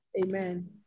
Amen